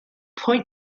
point